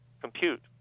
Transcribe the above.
compute